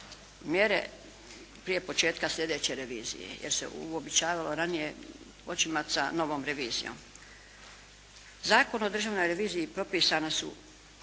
mjere, prije početka sljedeće revizije jer se običavalo ranije počimati sa novom revizijom. Zakonom o državnoj reviziji propisana su: